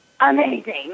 amazing